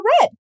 red